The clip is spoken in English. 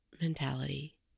mentality